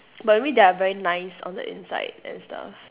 but maybe they are very nice on the inside and stuff